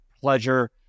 pleasure